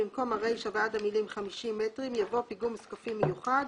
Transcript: במקום הרישה ועד המילים "50 מטרים" יבוא "פיגום זקפים מיוחד,",